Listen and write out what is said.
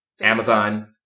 amazon